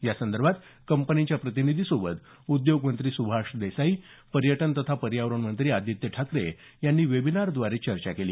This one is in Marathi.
या संदर्भात कंपनीच्या प्रतिनिधींसोबत उद्योगमंत्री सुभाष देसाई पर्यटन तथा पर्यावरण मंत्री आदित्य ठाकरे यांनी वेबिनारद्वारे चर्चा केली